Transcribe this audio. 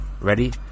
Ready